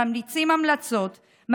ממליצים המלצות,